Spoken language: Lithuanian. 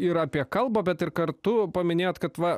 ir apie kalbą bet ir kartu paminėjot kad va